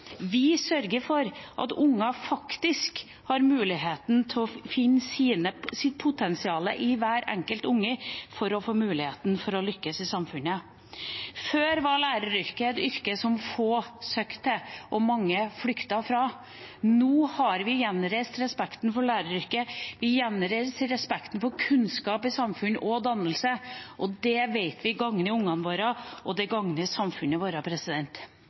Vi sørger for at hver enkelt unge har muligheten til å finne sitt potensial for å kunne lykkes i samfunnet. Før var læreryrket et yrke som få søkte til og mange flyktet fra. Nå har vi gjenreist respekten for læreryrket. Vi gjenreiser respekten for kunnskap og dannelse i samfunnet. Det vet vi gagner ungene våre, og det gagner samfunnet vårt.